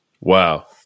Wow